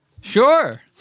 Sure